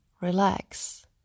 relax